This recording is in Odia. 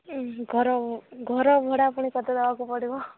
ଉଃ ଘର ଘର ଭଡ଼ା ଆପଣଙ୍କୁ କେତେ ଦେବାକୁ ପଡ଼ିବ